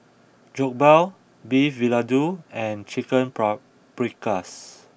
Jokbal Beef Vindaloo and Chicken Paprikas